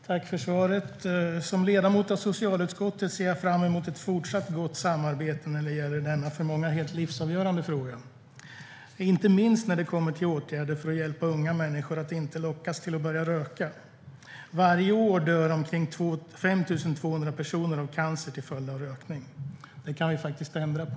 Fru talman! Tack för svaret. Som ledamot av socialutskottet ser jag fram emot ett fortsatt gott samarbete i denna för många helt livsavgörande fråga. Det gäller inte minst åtgärder för att hjälpa unga människor att inte lockas till att börja röka. Varje år dör omkring 5 200 personer av cancer till följd av rökning. Det kan vi ändra på.